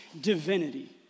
divinity